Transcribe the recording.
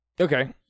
Okay